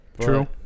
True